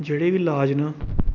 जेह्ड़े बी लाज न